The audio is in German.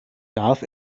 darf